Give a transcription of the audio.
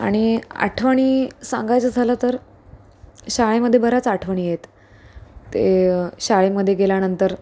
आणि आठवणी सांगायचं झालं तर शाळेमध्ये बऱ्याच आठवणी आहेत ते शाळेमध्ये गेल्यानंतर